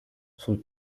sul